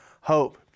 hope